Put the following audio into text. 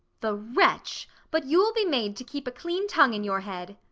the wretch but you'll be made to keep a clean tongue in your head!